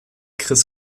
chris